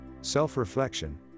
self-reflection